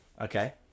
Okay